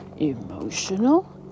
emotional